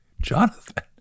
Jonathan